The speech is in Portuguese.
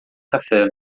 café